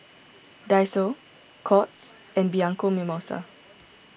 Daiso Courts and Bianco Mimosa